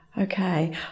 Okay